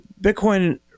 Bitcoin